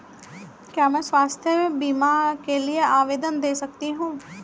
क्या मैं स्वास्थ्य बीमा के लिए आवेदन दे सकती हूँ?